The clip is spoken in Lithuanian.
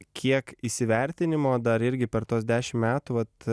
kiek įsivertinimo dar irgi per tuos dešim metų vat